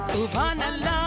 Subhanallah